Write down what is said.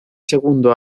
segundo